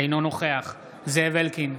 אינו נוכח זאב אלקין,